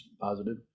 positive